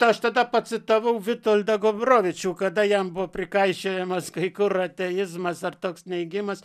tai aš tada pacitavau vitoldą gombrovičių kada jam buvo prikaišiojamas kai kur ateizmas ar toks neigimas